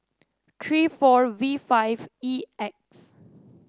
three four V five E X